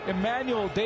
Emmanuel